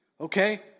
okay